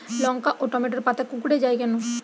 লঙ্কা ও টমেটোর পাতা কুঁকড়ে য়ায় কেন?